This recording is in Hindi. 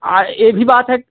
आ ये भी बात है